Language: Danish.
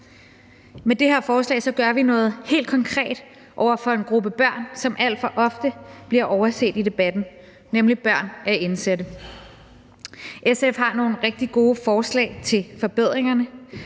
Med det her forslag gør vi noget helt konkret for en gruppe børn, som alt for ofte bliver overset i debatten, nemlig børn af indsatte. SF har nogle rigtig gode forslag til forbedringer.